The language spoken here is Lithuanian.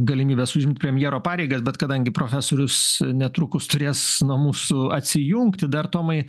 galimybes užimt premjero pareigas bet kadangi profesorius netrukus turės nuo mūsų atsijungti dar tomai